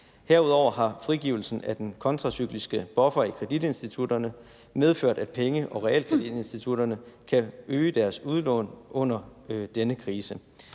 Herudover har frigivelsen af den kontracykliske buffer i kreditinstitutterne medført, at penge- og realkreditinstitutterne kan øge deres udlån under denne krise.